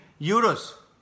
euros